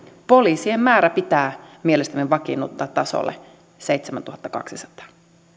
poliisien määrä pitää mielestämme vakiinnuttaa tasolle seitsemäntuhattakaksisataa